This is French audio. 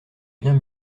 bien